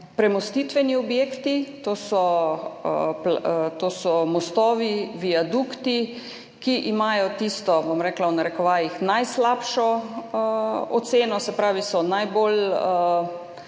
premostitveni objekti. To so mostovi, viadukti, ki imajo tisto, bom rekla, v narekovajih »najslabšo« oceno, se pravi so najbolj